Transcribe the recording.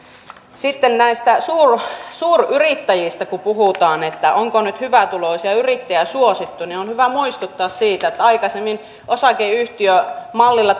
sitten kun suuryrittäjistä puhutaan että onko nyt hyvätuloisia yrittäjiä suosittu niin on hyvä muistuttaa siitä että aikaisemmin osakeyhtiömallilla